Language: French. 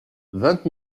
vingt